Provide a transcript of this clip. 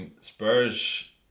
Spurs